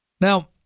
Now